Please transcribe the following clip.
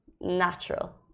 natural